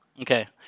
Okay